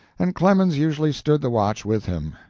and clemens usually stood the watch with him.